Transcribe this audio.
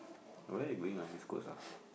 oh where you going ah East-Coast ah